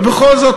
אבל בכל זאת,